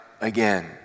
again